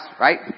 right